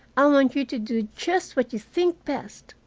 i want you to do just what you think best.